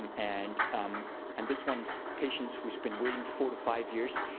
um and um and this one is patients who's been waiting four to five years.